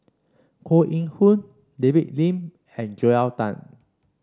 Koh Eng Hoon David Lim and Joel Tan